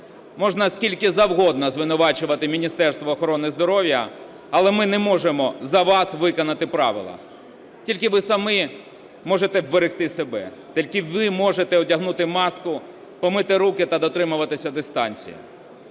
Можна скільки завгодно звинувачувати Міністерство охорони здоров'я, але ми не можемо за вас виконати правила. Тільки ви самі можете вберегти себе, тільки ви можете одягнути маску, помити руки та дотримуватися дистанції.